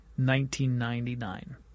1999